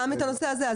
גם הנושא הזה.